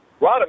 Rodham